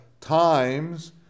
times